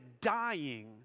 dying